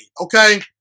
okay